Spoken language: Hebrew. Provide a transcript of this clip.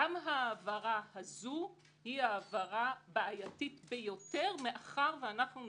לומר הגנה רחבה ביותר אבל בוודאי הגנה רחבה לחופש הביטוי והיצירה וכולי,